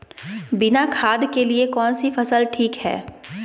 बिना खाद के लिए कौन सी फसल ठीक है?